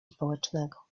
społecznego